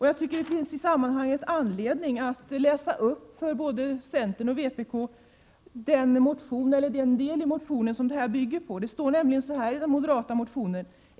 Jag tycker att det isammanhanget finns anledning att för både centern och vpk läsa upp den del i den moderata motionen som tillkännagivandet om svavelhalt bygger på.